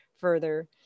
further